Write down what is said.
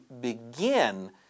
begin